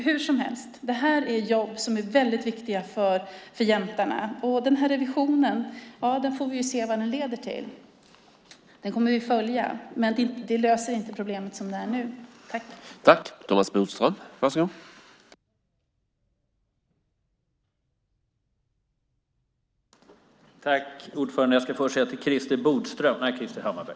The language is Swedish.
Hursomhelst är det jobb som är väldigt viktiga för jämtarna. Vi får se vad revisionen leder till. Den kommer vi att följa. Men det löser inte problemet som det nu är.